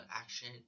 action